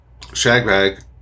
shagbag